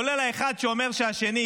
כולל האחד שאומר שהשני,